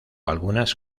algunas